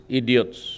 idiots